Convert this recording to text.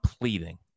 pleading